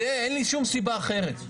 ואין לי שום סיבה אחרת.